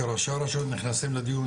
כי ראשי הרשויות נכנסים לדיון,